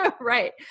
Right